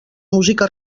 música